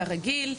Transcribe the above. כרגיל,